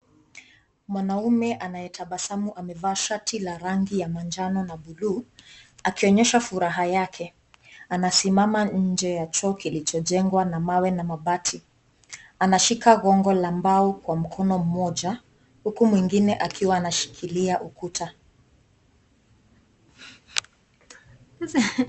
Mwanaume anayetabasamu amevaa shati la rangi ya manjano na blue ,akionyesha furaha yake anasimama nje ya choo kilichojengwa na mawe na mabati, anashika gongo la mbao kwa mkono mmoja uku mwingine ukiwa unashikilia ukuta.